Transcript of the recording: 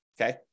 okay